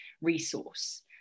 resource